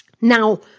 now